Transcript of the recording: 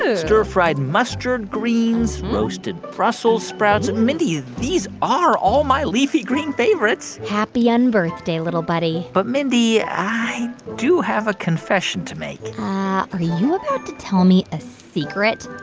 ah stir-fried mustard greens, roasted brussels sprouts. mindy, these are all my leafy-green favorites happy unbirthday, little buddy but, mindy, i do have a confession to make are you about to tell me a secret?